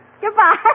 Goodbye